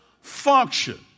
function